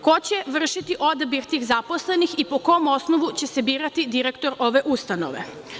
Ko će vršiti odabir tih zaposlenih i po kom osnovu će se birati direktor ove ustanove?